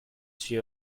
suis